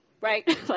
Right